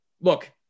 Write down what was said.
look